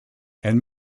and